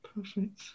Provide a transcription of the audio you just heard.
Perfect